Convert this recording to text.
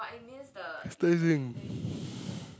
it's Tai-Seng